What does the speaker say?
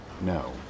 no